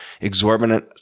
exorbitant